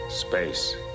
Space